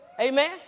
Amen